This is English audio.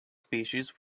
species